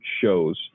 shows